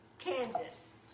Kansas